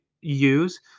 use